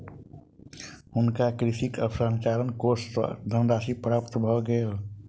हुनका कृषि अवसंरचना कोष सँ धनराशि प्राप्त भ गेल